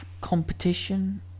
competition